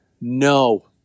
no